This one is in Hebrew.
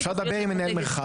אפשר לדבר עם מנהל מרחב,